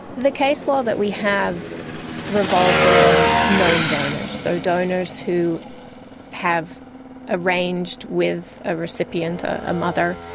the case law that we have revolves around known donors, so donors who have arranged with a recipient, a mother,